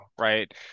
right